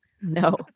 no